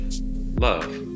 Love